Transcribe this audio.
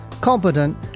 competent